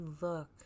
look